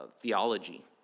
theology